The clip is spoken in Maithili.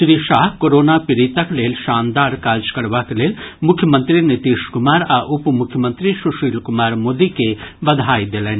श्री शाह कोरोना पीड़ितक लेल शानदार काज करबाक लेल मुख्यमंत्री नीतीश कुमार आ उप मुख्यमंत्री सुशील कुमार मोदी के बधाई देलनि